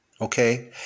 okay